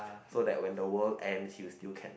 so that when the world end you still can like